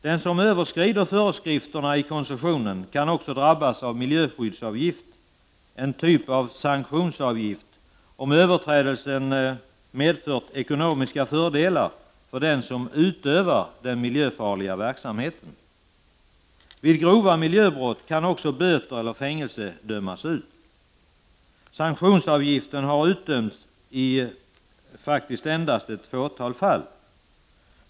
Den som överskrider föreskrifterna i koncessionen kan också drabbas av miljöskyddsavgift, en typ av sanktionsavgift, om överträdelsen medfört ekonomiska fördelar för den som utövar den miljöfarliga verksamheten. Vid grova miljöbrott kan också böter eller fängelse dömas ut. Sanktionsavgift har utdömts i faktiskt endast ett fåtal fall.